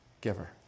giver